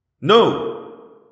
No